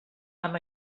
amb